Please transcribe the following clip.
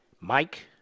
Mike